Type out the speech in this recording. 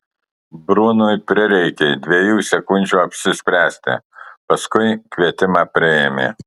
brunui prireikė dviejų sekundžių apsispręsti paskui kvietimą priėmė